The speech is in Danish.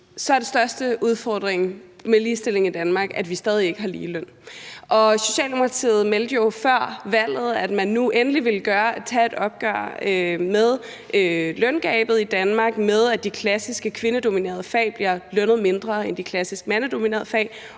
er den største udfordring med ligestilling i Danmark, at vi stadig ikke har ligeløn. Og Socialdemokratiet meldte jo ud før valget, at man nu endelig ville tage et opgør med løngabet i Danmark og med, at de klassisk kvindedominerede fag bliver lønnet mindre end de klassisk mandedominerede fag,